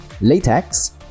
latex